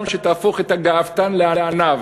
שתהפוך את הגאוותן לעניו,